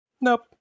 nope